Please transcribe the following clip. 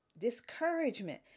discouragement